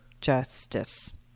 justice